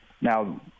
now